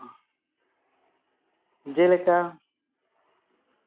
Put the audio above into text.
ᱡᱮᱞᱮᱠᱟ